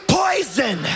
poison